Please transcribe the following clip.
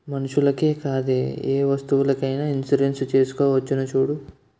మనుషులకే కాదే ఏ వస్తువులకైన ఇన్సురెన్సు చేసుకోవచ్చును చూడూ